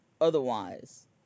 otherwise